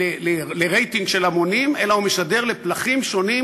לרייטינג של המונים אלא הוא משדר לפלחים שונים